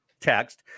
text